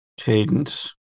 Cadence